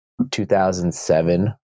2007